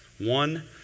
One